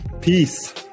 Peace